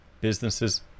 businesses